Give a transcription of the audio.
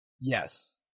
Yes